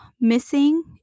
Missing